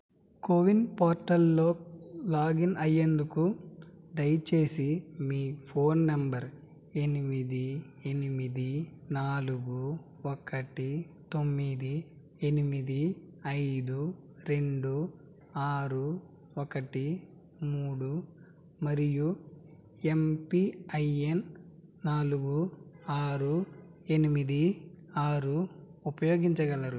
CoWIN పోర్టల్లో login అయ్యేందుకు దయచేసి మీ ఫోన్ నంబర్ ఎనిమిది ఎనిమిది నాలుగు ఒకటి తొమ్మిది ఎనిమిది ఐదు రెండు ఆరు ఒకటి మూడు మరియు ఎంపిఐఎన్ నాలుగు ఆరు ఎనిమిది ఆరు ఉపయోగించగలరు